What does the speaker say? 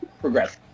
progress